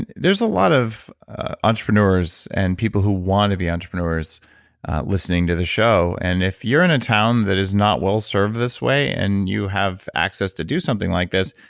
there's a lot of entrepreneurs and people who want to be entrepreneurs listening to the show. and if you're in a town that is not well served this way and you have access to do something like this,